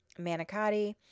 manicotti